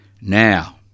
Now